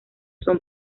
son